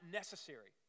necessary